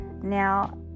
Now